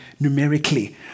numerically